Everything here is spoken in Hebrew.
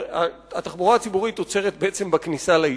בעצם התחבורה הציבורית עוצרת בכניסה ליישוב.